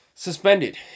suspended